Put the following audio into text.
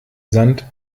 sand